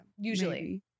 Usually